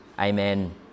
amen